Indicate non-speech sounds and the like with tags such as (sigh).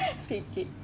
(breath) free kick